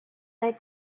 they